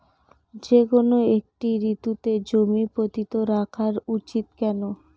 যেকোনো একটি ঋতুতে জমি পতিত রাখা উচিৎ কেন?